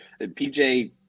PJ